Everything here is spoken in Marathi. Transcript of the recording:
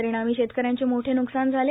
परिणामी शेतकऱ्यांचे मोठे न्कसान झाले